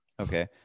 Okay